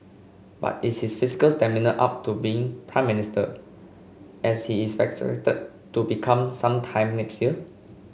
but is his physical stamina up to being Prime Minister as he is expected to become some time next year